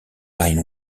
line